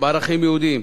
בערכים יהודיים.